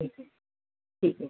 ٹھیک ہے ٹھیک ہے